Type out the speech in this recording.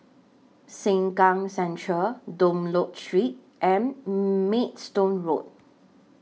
Sengkang Central Dunlop Street and Maidstone Road